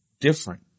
different